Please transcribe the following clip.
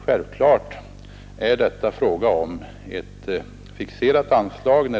Självfallet är det här fråga om ett fixerat anslag.